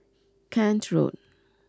Kent Road